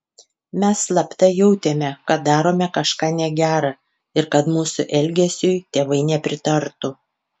mes slapta jautėme kad darome kažką negera ir kad mūsų elgesiui tėvai nepritartų